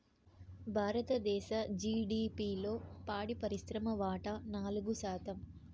భారతదేశ జిడిపిలో పాడి పరిశ్రమ వాటా నాలుగు శాతం